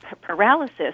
paralysis